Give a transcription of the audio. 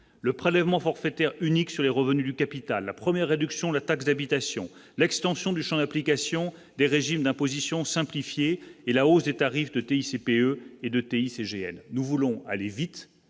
le prélèvement forfaitaire unique sur les revenus du capital, la première réduction de la taxe d'habitation, l'extension du Champ d'application des régimes d'imposition simplifié et la hausse des tarifs de TI CPE et de TI CGN nous voulons aller vite,